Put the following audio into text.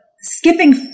skipping